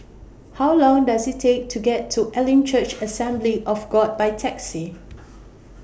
How Long Does IT Take to get to Elim Church Assembly of God By Taxi